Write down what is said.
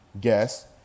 guess